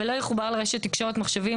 ולא יחובר לרשת תקשורת מחשבים,